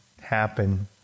happen